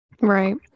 Right